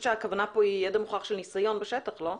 שהכוונה פה היא ידע מוכח של ניסיון בשטח, לא?